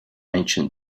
ancient